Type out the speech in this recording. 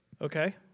Okay